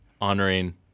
honoring